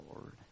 Lord